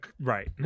Right